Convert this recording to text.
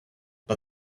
but